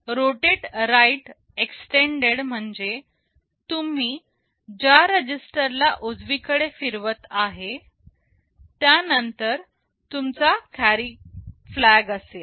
rotate right extended म्हणजे तुम्ही ज्या रजिस्टरला उजवीकडे फिरवत आहे त्या नंतर तुमचा कॅरी फ्लॅग असेल